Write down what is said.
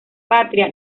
patria